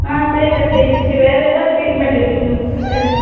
ஆ சரி டாக்டர் இதுக்கு வேறு எதாவது ட்ரீட்மெண்ட் எடுக்கணுமா டாக்டர்